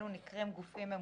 אלו נקראים גופים ממונים.